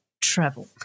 travel